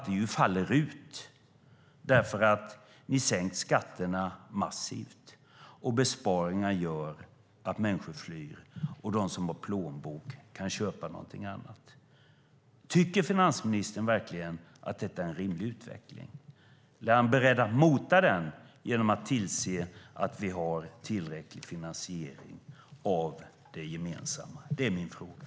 Detta faller ut därför att ni sänkt skatterna massivt. Besparingarna gör att människor flyr, och de som har en tjock plånbok kan köpa sig en bättre välfärd. Tycker finansministern verkligen att detta är en rimlig utveckling, eller är han beredd att mota den genom att tillse att vi har tillräcklig finansiering av det gemensamma? Det är min fråga.